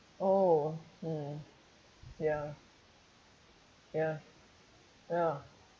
oh mm ya ya ya